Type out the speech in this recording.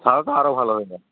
তাহলে তো আরও ভালো হবে